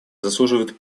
заслуживают